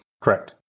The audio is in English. Correct